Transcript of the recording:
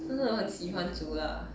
真的很喜欢煮 lah